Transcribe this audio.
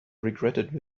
regretted